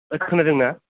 खोनादों ना